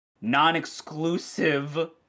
non-exclusive